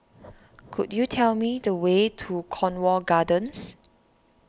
could you tell me the way to Cornwall Gardens